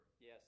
Yes